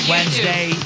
Wednesday